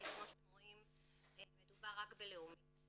כי כמו שאתם רואים מדובר רק בקופת חולים לאומית.